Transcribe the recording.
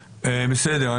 בסדר.